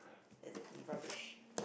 that's rubbish